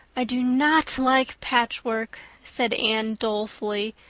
i do not like patchwork, said anne dolefully,